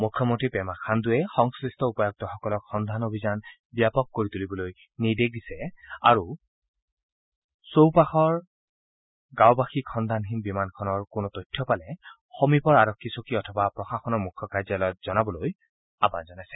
মুখ্যমন্ত্ৰী পেমা খাণ্ডুৱে সংশ্লিষ্ট উপায়ুক্তসকলক সন্ধান অভিযান ব্যাপক কৰিবলৈ নিৰ্দেশ দিছে আৰু আশে পাশে থকা গাঁৱবাসীক সন্ধানহীন বিমানখনৰ কোনো তথ্য পালে সমীপৰ আৰক্ষী চকী অথবা প্ৰশাসনৰ মুখ্য কাৰ্যালয়ত জনাবলৈ আহবান জনাইছে